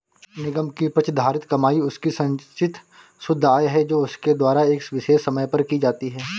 निगम की प्रतिधारित कमाई उसकी संचित शुद्ध आय है जो उसके द्वारा एक विशेष समय पर की जाती है